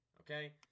Okay